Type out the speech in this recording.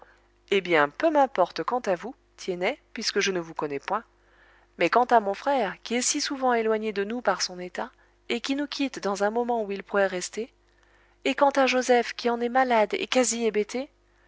eh bien peu m'importe quant à vous tiennet puisque je ne vous connais point mais quant à mon frère qui est si souvent éloigné de nous par son état et qui nous quitte dans un moment où il pourrait rester et quant à joseph qui en est malade et quasi